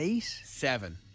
Seven